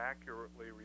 accurately